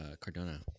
Cardona